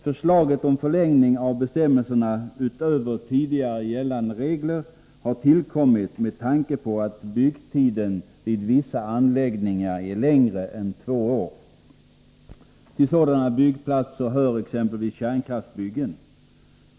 Förslaget om förlängning av bestämmelserna utöver vad tidigare gällande regler medgav har tillkommit med tanke på att byggtiden vid vissa anläggningar är längre än två år. Till sådana byggplatser hör t.ex. kärnkraftsbyggen.